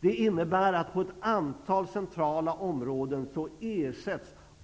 Det innebär att på ett antal centrala områden